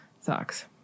Sucks